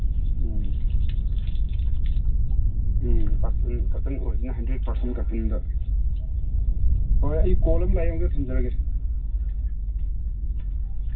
ꯎꯝ um cotton hundred percent ꯀꯇꯟꯗ ꯍꯣꯏ ꯑꯩ ꯀꯣꯜ ꯑꯃ ꯂꯥꯛꯏ ꯑꯝꯇ ꯊꯝꯖꯔꯒꯦ ꯎꯝ